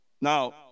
Now